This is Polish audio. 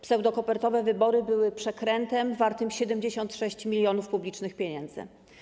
Pseudokopertowe wybory były przekrętem wartym 76 mln publicznych pieniędzy.